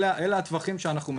אלה הטווחים שאנחנו מאפשרים.